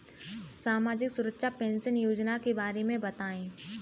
सामाजिक सुरक्षा पेंशन योजना के बारे में बताएँ?